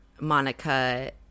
Monica –